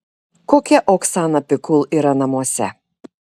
kokia oksana pikul yra namuose